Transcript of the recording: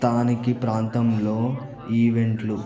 స్థానికి ప్రాంతంలో ఈవెంట్లు